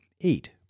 Eight